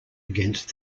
against